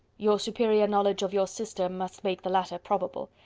your superior knowledge of your sister must make the latter probable.